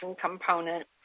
component